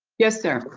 yes, sir?